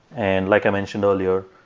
and like i mentioned earlier,